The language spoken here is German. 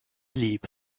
lieb